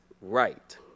right